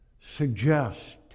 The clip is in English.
suggest